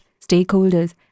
stakeholders